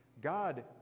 God